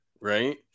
right